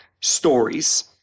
stories